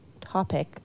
topic